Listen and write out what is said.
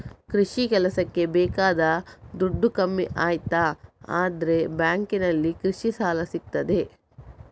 ಕೃಷಿ ಕೆಲಸಕ್ಕೆ ಬೇಕಾದ ದುಡ್ಡು ಕಮ್ಮಿ ಆಯ್ತು ಅಂದ್ರೆ ಬ್ಯಾಂಕಿನಲ್ಲಿ ಕೃಷಿ ಸಾಲ ಸಿಗ್ತದೆ